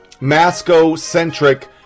masco-centric